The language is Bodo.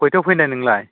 खयथायाव फैनो नोंलाय